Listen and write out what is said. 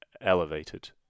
elevated